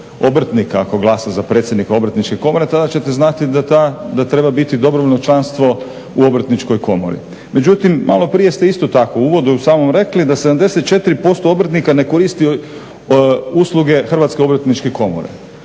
obrtnika ako glasa za predsjednika Obrtničke komore, tada ćete znati da treba biti dobrovoljno članstvo u Obrtničkoj komori. Međutim, maloprije ste isto tako u uvodu samom rekli da 74% obrtnika ne koristi usluge Hrvatske obrtničke komore.